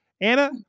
Anna